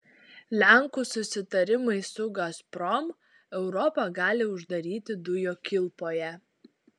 lenkų susitarimai su gazprom europą gali uždaryti dujų kilpoje